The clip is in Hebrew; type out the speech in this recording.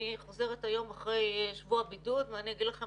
אני חוזרת היום אחרי שבוע בידוד מה אני אגיד לכם,